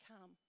come